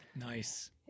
Nice